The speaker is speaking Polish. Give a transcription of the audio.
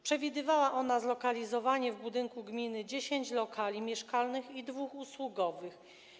Przewidywała ona zlokalizowanie w budynku gminy 10 lokali mieszkalnych i 2 usługowych.